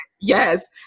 Yes